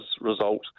result